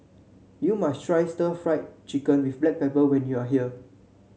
you must try Stir Fried Chicken with Black Pepper when you are here